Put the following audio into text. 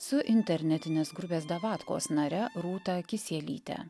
su internetinės grupės davatkos nare rūta kisielytė